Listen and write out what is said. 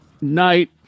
night